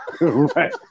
Right